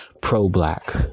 pro-black